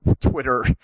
Twitter